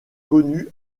connue